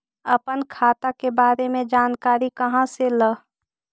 अपन खाता के बारे मे जानकारी कहा से ल?